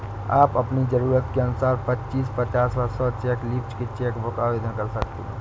आप अपनी जरूरत के अनुसार पच्चीस, पचास व सौ चेक लीव्ज की चेक बुक आवेदन कर सकते हैं